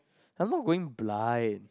I'm not going blind